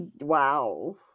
wow